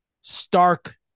stark